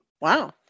Wow